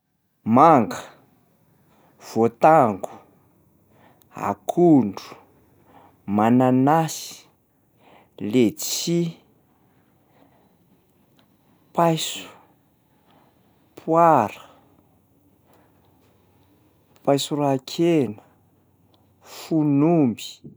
Manga, voatango, akondro, mananasy, ledsy, paiso, poara, paiso ràn-kena, fonomby.